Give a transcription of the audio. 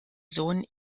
sohn